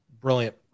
Brilliant